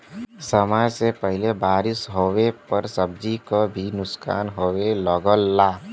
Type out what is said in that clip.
समय से पहिले बारिस होवे पर सब्जी क भी नुकसान होये लगला